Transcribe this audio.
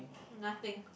nothing